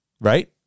right